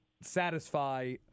satisfy